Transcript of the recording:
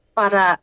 para